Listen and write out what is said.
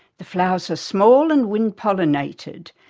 the flowers are small and wind-pollinated,